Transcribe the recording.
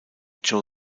joe